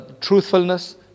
Truthfulness